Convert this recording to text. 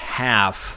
half